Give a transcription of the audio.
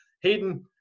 Hayden